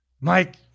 Mike